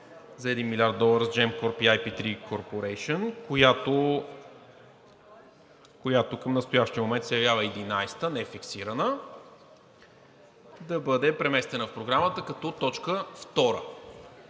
за 1 млрд. долара с Gеmcorp и IP3 Corporation“, която към настоящия момент се явява 11 нефиксирана, да бъде преместена в Програмата като точка втора.